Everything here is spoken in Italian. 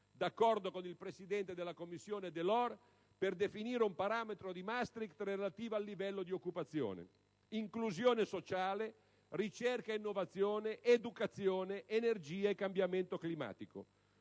d'accordo con il presidente della Commissione Delors, per definire un parametro di Maastricht relativo al livello di occupazione); inclusione sociale; ricerca e innovazione; educazione; energia e cambiamento climatico.